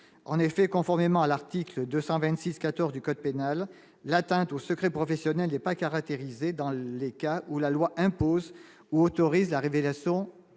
en effet, conformément à l'article 226 14 du code pénal, l'atteinte au secret professionnel n'est pas caractérisée dans les cas où la loi impose. Autorise la révélation